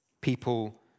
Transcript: people